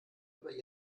über